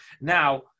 Now